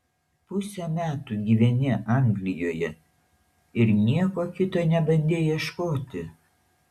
pusę metų gyveni anglijoje ir nieko kito nebandei ieškoti